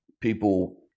people